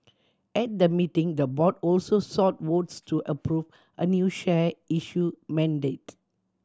at the meeting the board also sought votes to approve a new share issue mandate